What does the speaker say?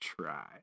try